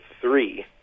three